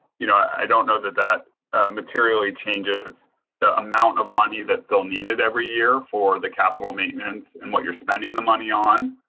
you know, i don't know that that materially changes the amount of money that's still needed every year for the capital maintenance and what you're spending the money on.